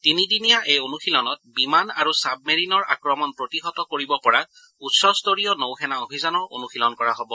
তিনিদিনীয়া এই অনুশীলনত বিমান আৰু ছাবমেৰিনৰ আক্ৰমণ প্ৰতিহত কৰিব পৰা উচ্চস্তৰীয় নৌসেনা অভিযানৰ অনুশীলন কৰা হব